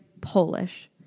Polish